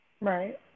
Right